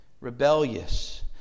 rebellious